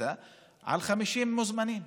על 50 מוזמנים.